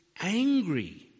angry